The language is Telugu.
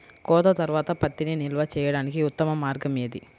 కోత తర్వాత పత్తిని నిల్వ చేయడానికి ఉత్తమ మార్గం ఏది?